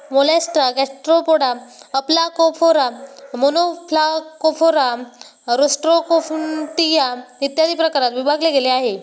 Mollusca gastropoda, aplacophora, monoplacophora, rostroconchia, इत्यादी प्रकारात विभागले गेले आहे